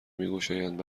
میگشایند